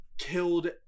Killed